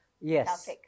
Yes